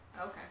Okay